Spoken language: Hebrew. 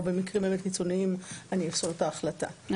במקרים באמת קיצוניים אני אפסול את ההחלטה,